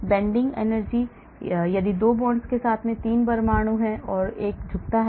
Bending energy यदि 2 bonds के साथ 3 परमाणु हैं और एक झुकता है